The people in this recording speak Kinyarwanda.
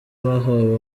bahawe